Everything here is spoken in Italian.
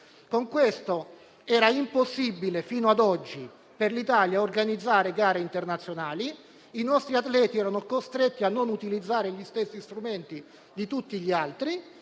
Per questo era impossibile fino ad oggi per l'Italia organizzare gare internazionali, i nostri atleti erano costretti a non utilizzare gli stessi strumenti di tutti gli altri.